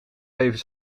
even